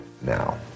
now